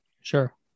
Sure